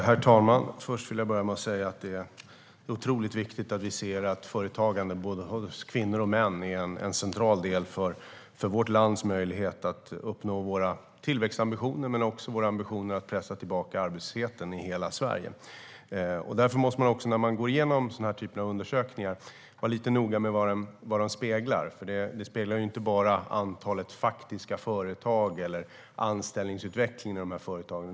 Herr talman! Jag vill börja med att säga att det är otroligt viktigt att vi ser att företagande hos både kvinnor och män är en central del för vår möjlighet att uppnå våra tillväxtambitioner men också våra ambitioner att pressa tillbaka arbetslösheten i hela Sverige. Därför måste man när man går igenom den här typen av undersökningar vara lite noga med vad de speglar. De speglar ju inte bara antalet faktiska företag eller anställningsutvecklingen i företagen.